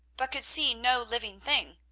but could see no living thing.